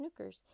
Snookers